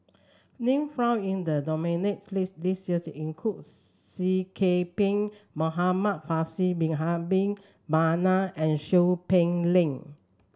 name found in the nominees' list this year includes Seah Kian Peng Muhamad Faisal Bin Abdul Manap and Seow Peck Leng